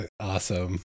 awesome